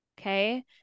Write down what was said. Okay